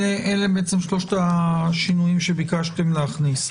אלה שלושת השינויים שביקשתם להכניס.